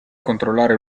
controllare